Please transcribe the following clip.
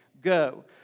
go